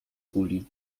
kuli